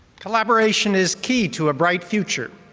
collaboration is key to a bright future.